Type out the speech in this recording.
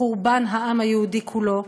חורבן העם היהודי כולו,